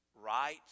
right